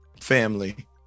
family